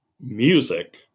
music